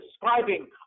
describing